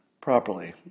properly